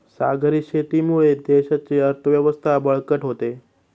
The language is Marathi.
सागरी शेतीमुळे देशाची अर्थव्यवस्था बळकट होते